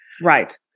Right